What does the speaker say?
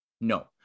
No